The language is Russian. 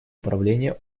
управления